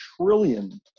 trillion